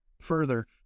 Further